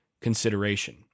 consideration